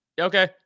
okay